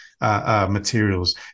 materials